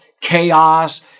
chaos